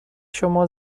شما